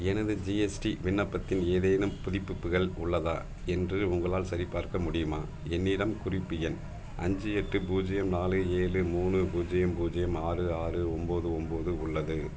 எனது ஜிஎஸ்டி விண்ணப்பத்தில் ஏதேனும் புதுப்பிப்புகள் உள்ளதா என்று உங்களால் சரிபார்க்க முடியுமா என்னிடம் குறிப்பு எண் அஞ்சு எட்டு பூஜ்ஜியம் நாலு ஏழு மூணு பூஜ்ஜியம் பூஜ்ஜியம் ஆறு ஆறு ஒம்பது ஒம்பது உள்ளது